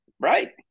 Right